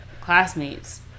classmates